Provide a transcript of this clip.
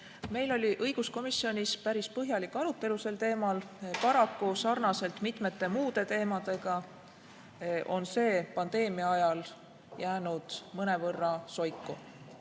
Meil oli õiguskomisjonis päris põhjalik arutelu sel teemal, paraku sarnaselt mitmete muude teemadega on see pandeemia ajal jäänud mõnevõrra soiku